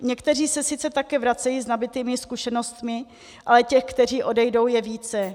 Někteří se sice také vracejí s nabytými zkušenostmi, ale těch, kteří odejdou, je více.